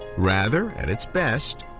rather, at its best,